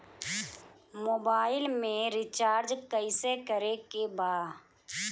Mobile में recharge कइसे करे के बा?